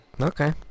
okay